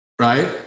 right